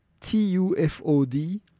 tufod